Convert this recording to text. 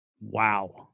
Wow